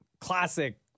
classic